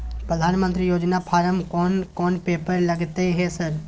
प्रधानमंत्री योजना फारम कोन कोन पेपर लगतै है सर?